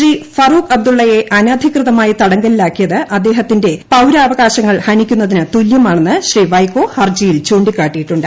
ശ്രീ ഫറൂഖ് അബ്ദുളളയെ അനധികൃത്തമായി തടങ്കലിലാക്കിയത് അദ്ദേഹത്തിന്റെ പൌരാവകാശങ്ങൾ ഹനീക്കുന്നതിന് തുല്യമാണെന്ന് ശ്രീ വൈകോ ഹർജിയിൽ ചൂണ്ടിക്കാട്ടിയിട്ടുണ്ട്